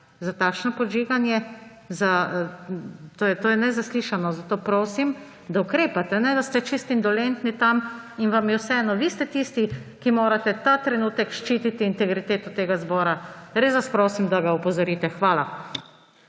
za takšno podžiganje? To je nezaslišano. Zato prosim, da ukrepate, ne da ste čisto indolentni tam in vam je vseeno. Vi ste tisti, ki morate ta trenutek ščititi integriteto tega zbora. Res vas prosim, da ga opozorite. Hvala.